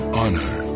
honor